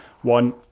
one